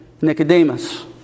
Nicodemus